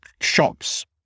shops